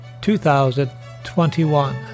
2021